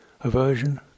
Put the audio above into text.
Aversion